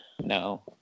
No